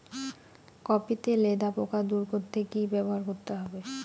Copy তে লেদা পোকা দূর করতে কি ব্যবহার করতে হবে?